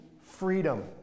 freedom